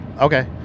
Okay